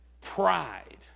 pride